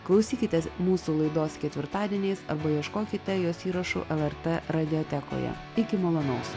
klausykitės mūsų laidos ketvirtadieniais arba ieškokite jos įrašų lrt radiotekoje iki malonaus